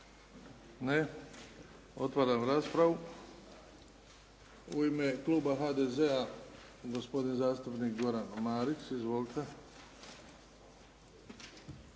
Ne. Otvaram raspravu. U ime kluba HDZ-a, gospodin zastupnik Goran Marić. Izvolite.